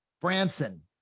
Branson